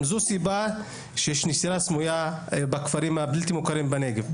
זו סיבה לנשירה סמויה בכפרים הבלתי מוכרים בנגב.